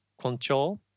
control